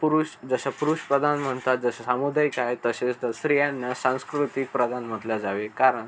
पुरुष जसे पुरुषप्रधान म्हणतात जसे सामुदायिक आहेत तसेच स्त्रियांना सांस्कृतिक प्रधान म्हटले जावे कारण